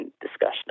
discussion